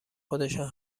خودشان